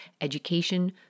education